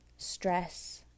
Stress